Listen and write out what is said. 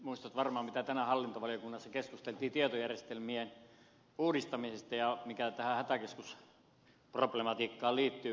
muistatte varmaan mitä tänään hallintovaliokunnassa keskusteltiin tietojärjestelmien uudistamisesta ja mitä tähän hätäkeskusproblematiikkaan liittyy kaikkiaan